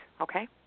okay